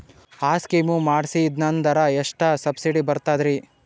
ಆ ಸ್ಕೀಮ ಮಾಡ್ಸೀದ್ನಂದರ ಎಷ್ಟ ಸಬ್ಸಿಡಿ ಬರ್ತಾದ್ರೀ?